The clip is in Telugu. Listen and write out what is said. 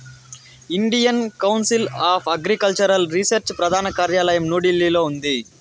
Indian council of agricultural research ప్రధాన కార్యాలయం న్యూఢిల్లీలో ఉంది